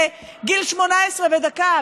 בגיל 18 ודקה,